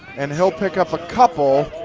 and he'll pick up a couple.